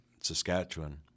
Saskatchewan